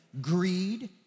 greed